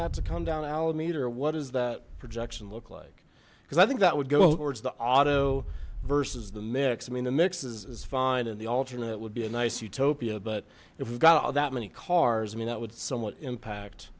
that to come down ala meat or what does that projection look like because i think that would go towards the auto versus the mix i mean the mix is fine and the alternate would be a nice utopia but if we've got all that many cars i mean that would somewhat impact